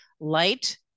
light